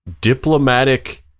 diplomatic